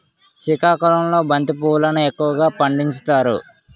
సికాకుళంలో బంతి పువ్వులును ఎక్కువగా పండించుతారు